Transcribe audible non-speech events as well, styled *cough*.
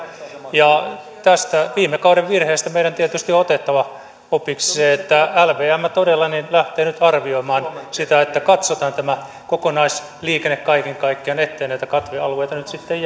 tästä viime kauden virheestä meidän tietysti on otettava opiksi lvm todella lähtee nyt arvioimaan sitä että katsotaan tämä kokonaisliikenne kaiken kaikkiaan ettei näitä katvealueita nyt sitten *unintelligible*